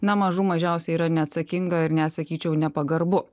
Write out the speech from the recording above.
na mažų mažiausiai yra neatsakinga ir net sakyčiau nepagarbu